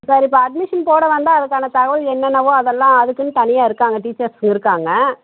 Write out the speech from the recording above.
சரி இப்போ அட்மிஷன் போட வந்தால் அதுக்கான தகவல் என்னென்னவோ அதெல்லாம் அதுக்குன்னு தனியாக இருக்காங்க டீச்சர்ஸ் இருக்காங்க